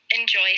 enjoy